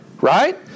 Right